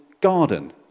garden